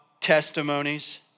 testimonies